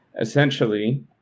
Essentially